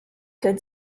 good